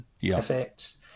effects